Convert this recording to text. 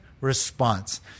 response